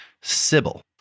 Sybil